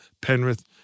Penrith